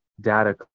data